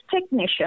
technician